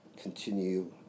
continue